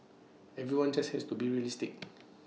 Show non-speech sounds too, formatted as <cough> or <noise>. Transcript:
everyone just has to be realistic <noise>